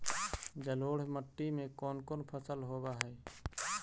जलोढ़ मट्टी में कोन कोन फसल होब है?